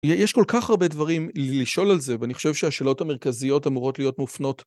באופן כללי אפשר להגיד שבמג אוויר יפה זה פשע לא לצאת, לא שהמשטרה באמת אוכפת את זה...